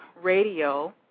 radio